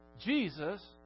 Jesus